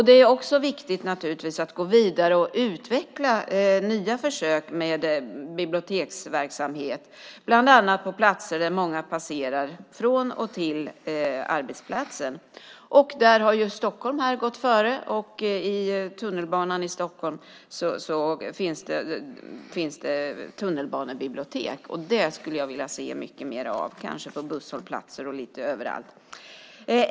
Det är också viktigt att gå vidare och utveckla nya försök med biblioteksverksamhet, bland annat på platser där många passerar från och till arbetsplatsen. Där har Stockholm gått före. I tunnelbanan i Stockholm finns det tunnelbanebibliotek. Sådant skulle jag vilja se mycket mer av, kanske på busshållplatser och lite överallt.